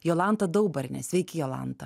jolanta daubarnė sveiki jolanta